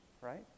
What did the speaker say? right